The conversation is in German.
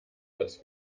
das